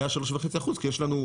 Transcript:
היה 3.5% כי יש לנו,